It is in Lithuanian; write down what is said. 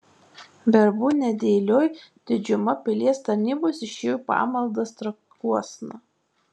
verbų nedėlioj didžiuma pilies tarnybos išėjo į pamaldas trakuosna